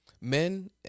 men